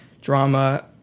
drama